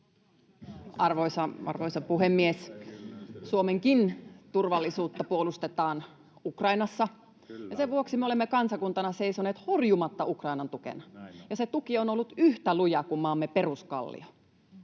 Arvoisa puhemies! Suomenkin turvallisuutta puolustetaan Ukrainassa. Sen vuoksi me olemme kansakuntana seisoneet horjumatta Ukrainan tukena, ja se tuki on ollut yhtä luja kuin maamme peruskallio.